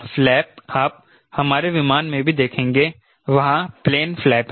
flap आप हमारे विमान में भी देखेंगे वहाँ प्लेन फ्लैप हैं